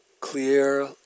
clear